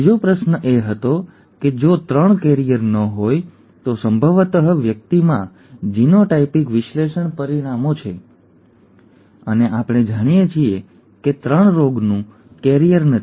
બીજો પ્રશ્ન એ હતો કે જો 3 કૈરિયર ન હોય તો સંભવત વ્યક્તિમાં જીનોટાઇપિક વિશ્લેષણ પરિણામો છે અને આપણે જાણીએ છીએ કે 3 એ રોગનું કૈરિયર નથી